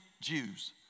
Jews